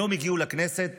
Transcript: היום הגיעו לכנסת